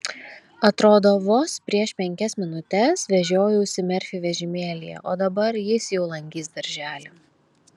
atrodo vos prieš penkias minutes vežiojausi merfį vežimėlyje o dabar jis jau lankys darželį